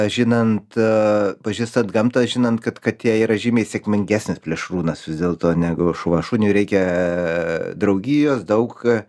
žinant pažįstant gamtą žinant kad katė yra žymiai sėkmingesnis plėšrūnas vis dėlto negu šuva šuniui reikia draugijos daug